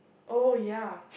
oh ya